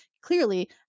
clearly